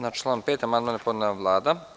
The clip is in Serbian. Na član 5. amandman je podnela Vlada.